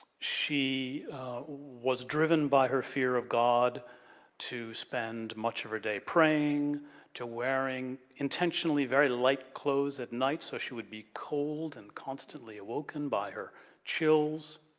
she was driven by her fear of god to spend much of her day praying to wearing intentionally very light clothes at night so she would be cold and constantly awoken by her chills.